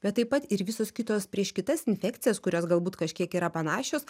bet taip pat ir visos kitos prieš kitas infekcijas kurios galbūt kažkiek yra panašios